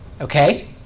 Okay